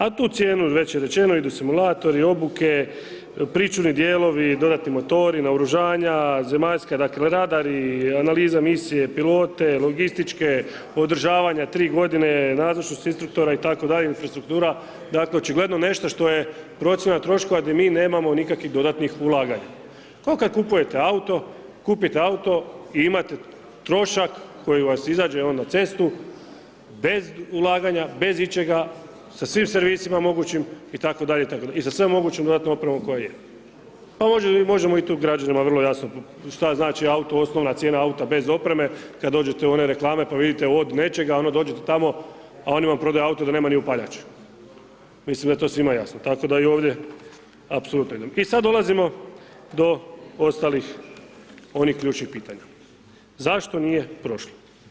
A u tu cijenu, već je rečeno, idu simulatori, obuke, pričuvni dijelovi, dodatni motori, naoružanja, zemaljska ... dakle radari, analiza misije, pilote, logističke, održavanja tri godine, nazočnost instruktora i tako dalje, infrastruktura, da očigledno šta je procjena troškova gdje mi nemamo nikakvih dodatnih ulaganja, k'o kad kupujete auto, kupite auto i imate trošak koji vas izađe on na cestu bez ulaganja, bez ičega, sa svim servisima mogućim, i tako dalje, i tako dalje, i sa svem mogućem dodatnom opremom koja je, pa možemo i tu građanima vrlo jasno, šta znači auto, osnovna cijena auta bez opreme, kad dođete u one reklame, pa vidite od nečega, ono dođete tamo, a oni vam prodaju auto da nema ni upaljač, mislim da je to svima jasno, tako i da ovdje apsolutno ... I sad dolazimo do ostalih onih ključnih pitanja, zašto nije prošlo?